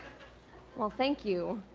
well, thank you.